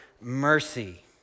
mercy